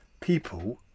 people